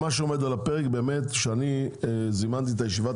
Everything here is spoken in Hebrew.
מה שעומד עכשיו על הפרק ולכן זימנתי את ישיבת